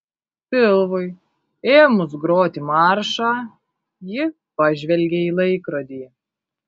pilvui ėmus groti maršą ji pažvelgė į laikrodį